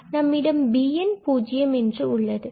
இங்கு நம்மிடம் bn0 உள்ளது